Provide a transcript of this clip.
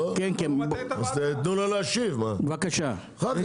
יאסר חוג'יראת